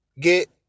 get